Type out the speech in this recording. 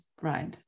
right